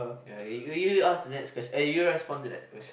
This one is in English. ya you you you ask next question eh you respond to next question